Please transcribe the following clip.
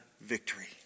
victory